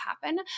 happen